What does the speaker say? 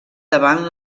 davant